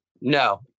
no